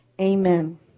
Amen